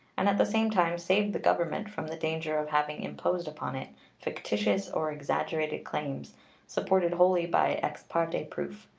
and at the same time save the government from the danger of having imposed upon it fictitious or exaggerated claims supported wholly by ex parte proof.